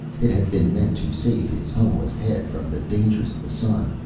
it had been meant to save his homeless head from the dangers of the sun.